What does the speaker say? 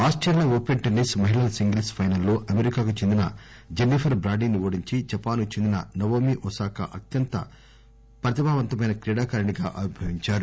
Australia open tennis మహిళల singles final లో అమెరికాకు చెందిన జెన్సిఫర్ బ్రాడీని ఓడించి జపాన్ కు చెందిన నవోమీ ఒసాకా అత్యంత ప్రతిభావంతమైన క్రీడాకారిణిగా ఆవిర్చవించారు